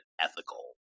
ethical